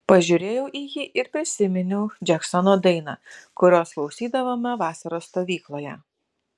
pažiūrėjau į jį ir prisiminiau džeksono dainą kurios klausydavome vasaros stovykloje